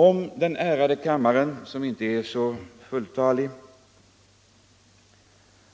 Om denna kammare, som inte är så fulltalig,